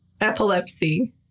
epilepsy